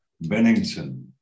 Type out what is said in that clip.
Bennington